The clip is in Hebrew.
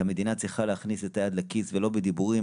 שהמדינה צריכה להכניס את היד לכיס ולא בדיבורים.